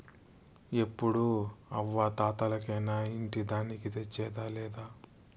ఎప్పుడూ అవ్వా తాతలకేనా ఇంటి దానికి తెచ్చేదా లేదా